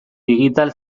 digital